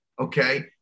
okay